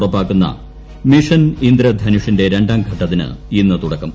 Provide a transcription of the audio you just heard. ഉറപ്പാക്കുന്ന മിഷൻ ഇന്ദ്രധനുഷിന്റെ രണ്ടാംഘട്ടത്തിന് ഇന്ന് തുടക്കം